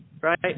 Right